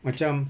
macam